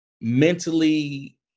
mentally